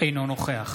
אינו נוכח